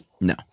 No